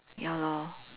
ya lor